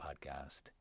podcast